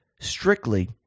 strictly